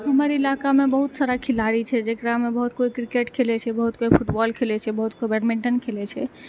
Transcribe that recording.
हमर इलाकामे बहुत सारा खेलाड़ी छै जकरामे बहुत कोइ किरकेट खेलै छै बहुत कोइ फुटबॉल खेलै छै बहुत कोइ बैडमिन्टन खेलै छै